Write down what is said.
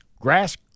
grass